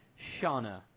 Shauna